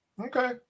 Okay